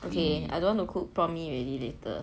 okay I don't want to cook prawn mee already later